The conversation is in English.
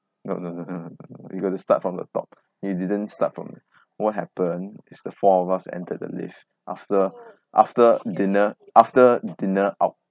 no no no no no you got to start from the top you didn't start from what happened is the four of us entered the lift after after dinner after dinner out